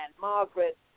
Margaret